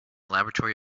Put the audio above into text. laboratory